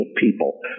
people